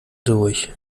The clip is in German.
durch